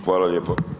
Hvala lijepo.